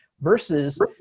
versus